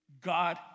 God